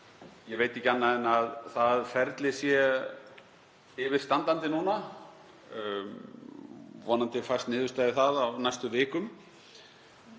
ég veit ekki annað en að það ferli sé yfirstandandi núna. Vonandi fæst niðurstaða í það á næstu vikum.